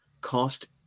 cost